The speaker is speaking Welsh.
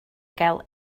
gael